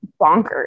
bonkers